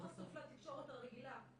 מה לגבי המגזר החרדי שלא חשוף לתקשורת הרגילה?